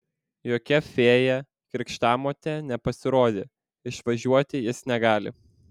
jokia fėja krikštamotė nepasirodė išvažiuoti jis negali